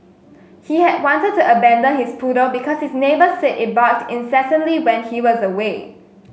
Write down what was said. he had wanted to abandon his poodle because his neighbours said it barked incessantly when he was away